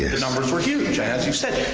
the numbers were huge, as you said,